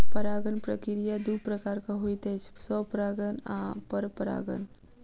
परागण प्रक्रिया दू प्रकारक होइत अछि, स्वपरागण आ परपरागण